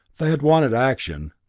they had wanted action,